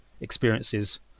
experiences